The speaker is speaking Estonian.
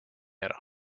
ära